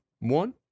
one